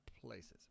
places